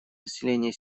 население